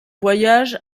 voyage